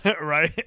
Right